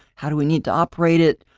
how do we need to operate it?